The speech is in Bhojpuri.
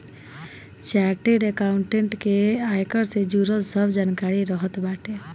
चार्टेड अकाउंटेंट के आयकर से जुड़ल सब जानकारी रहत बाटे